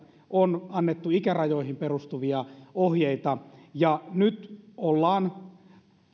on annettu ikärajoihin perustuvia ohjeita ja nyt ollaan